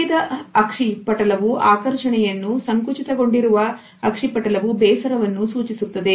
ಹಿಗ್ಗಿದ ಪಕ್ಷಿಯು ಆಕರ್ಷಣೆಯನ್ನು ಸಂಕುಚಿತ ಗೊಂಡಿರುವ ಅಕ್ಕಿಯೂ ಬೇಸರವನ್ನು ಸೂಚಿಸುತ್ತದೆ